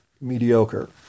mediocre